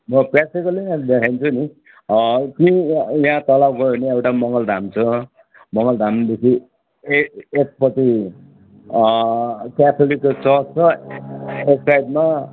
म प्रेक्टिकली नै देखाइ दिन्छु नि त्यहीँ यहाँ तल गयो भने एउटा मङ्गलधाम छ मङ्गलधामदेखि ए एकपट्टि केथोलिकको चर्च छ एकसाइडमा